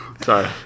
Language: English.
Sorry